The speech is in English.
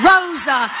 Rosa